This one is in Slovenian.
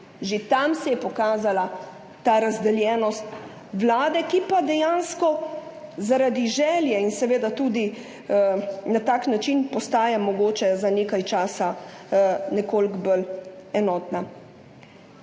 Že tam se je pokazala ta razdeljenost Vlade, ki pa dejansko zaradi želje in seveda tudi na tak način postaja mogoče za nekaj časa nekoliko bolj enotna.